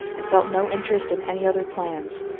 and felt no interest in any other plans.